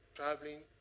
traveling